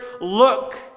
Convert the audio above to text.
look